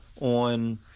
on